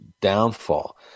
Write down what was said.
downfall